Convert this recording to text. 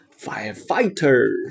Firefighter